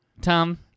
Tom